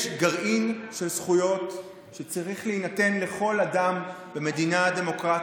יש גרעין של זכויות שצריך להינתן לכל אדם במדינה דמוקרטית,